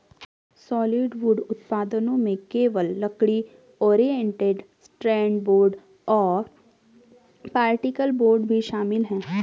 solid wood उत्पादों में केवल लकड़ी, ओरिएंटेड स्ट्रैंड बोर्ड और पार्टिकल बोर्ड भी शामिल है